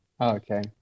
Okay